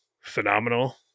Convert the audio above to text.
phenomenal